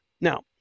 Now